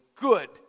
good